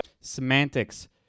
Semantics